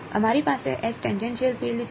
અમારી પાસે H tangential field છે